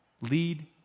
Lead